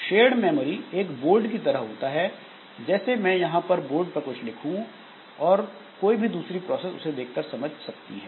shared memory एक board की तरह होता है जैसे मैं यहां बोर्ड पर कुछ लिखूं और कोई भी दूसरी प्रोसेस उसे देखकर समझ सकती है